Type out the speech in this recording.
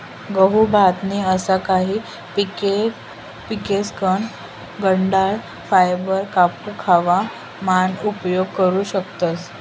गहू, भात नी असा काही पिकेसकन डंठल फायबर आपू खावा मान उपयोग करू शकतस